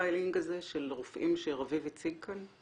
הפרופיילינג הזה של רופאים שרביב הציג כאן?